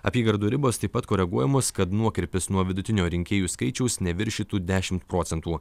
apygardų ribos taip pat koreguojamos kad nuokrypis nuo vidutinio rinkėjų skaičiaus neviršytų dešimt procentų